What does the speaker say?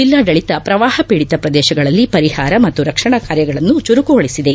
ಜಿಲ್ಲಾಡಳತ ಪ್ರವಾಹ ಪೀಡಿತ ಪ್ರದೇಶಗಳಲ್ಲಿ ಪರಿಹಾರ ಮತ್ತು ರಕ್ಷಣಾ ಕಾರ್ಯಗಳನ್ನು ಚುರುಕುಗೊಳಿಸಿದೆ